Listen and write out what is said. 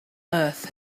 earth